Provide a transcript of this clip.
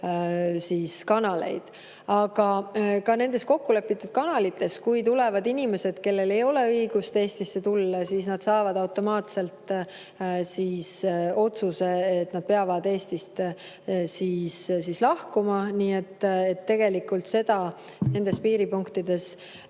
kanaleid. Aga ka nendes kokkulepitud kanalites, kui tulevad inimesed, kellel ei ole õigust Eestisse tulla, saavad nad automaatselt otsuse, et nad peavad Eestist lahkuma. Tegelikult seda nendes piiripunktides